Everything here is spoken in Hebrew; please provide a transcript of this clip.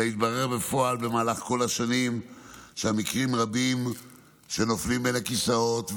אלא שהתברר בפועל שבמהלך כל השנים יש מקרים רבים שנופלים בין הכיסאות,